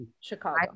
Chicago